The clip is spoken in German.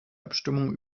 abstimmung